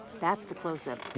that's the closeup,